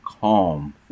calm